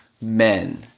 men